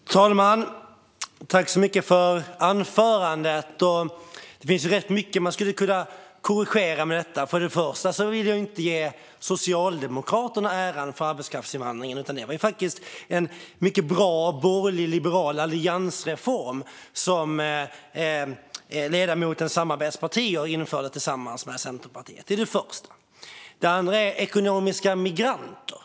Fru talman! Jag tackar ledamoten för anförandet. Det finns rätt mycket med detta som man skulle kunna korrigera. För det första vill jag inte ge Socialdemokraterna äran för arbetskraftsinvandringen, utan det var faktiskt en mycket bra borgerlig och liberal alliansreform som ledamotens partis samarbetspartier genomförde tillsammans med Centerpartiet. Det var det första. Det andra handlar om ekonomiska migranter.